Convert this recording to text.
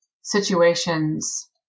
situations